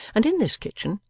and in this kitchen,